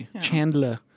Chandler